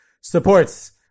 supports